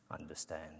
understand